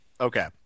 Okay